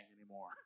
anymore